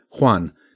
Juan